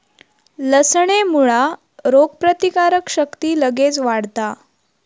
लसणेमुळा रोगप्रतिकारक शक्ती लगेच वाढता